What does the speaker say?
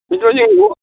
बेनोथ' जेबो